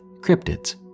cryptids